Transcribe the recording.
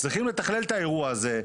צריכים לתכלל את האירוע הזה,